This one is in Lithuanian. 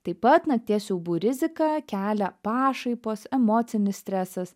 taip pat nakties siaubų rizika kelia pašaipos emocinis stresas